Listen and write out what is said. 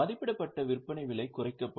மதிப்பிடப்பட்ட விற்பனை விலை குறைக்கப்படும்